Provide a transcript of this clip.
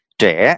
trẻ